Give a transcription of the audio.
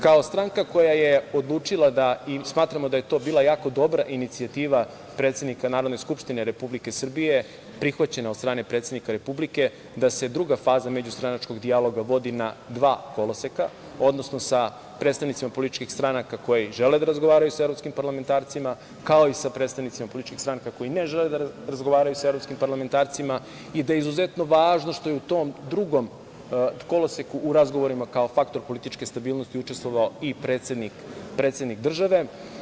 Kao stranka koja je odlučila da, i smatramo da je to bila jako dobra inicijativa predsednika Narodne skupštine Republike Srbije, prihvaćena od strane predsednika Republike da se druga faza međustranačkog dijaloga vodi na dva koloseka, odnosno sa predstavnicima političkih stranaka koji žele da razgovaraju sa evropskim parlamentarcima, kao i sa predstavnicima političkih stranaka, koji ne žele da razgovaraju sa evropskim parlamentarcima i da je izuzetno važno što je u tom drugom koloseku u razgovorima kao faktor političke stabilnosti učestvovao i predsednik države.